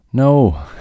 no